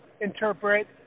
interpret